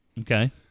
Okay